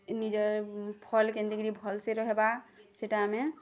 ନିଜର୍ ଫଲ୍ କେନ୍ତିକିରି ଭଲ୍ସେ ରହିବା ସେଟା ଆମେ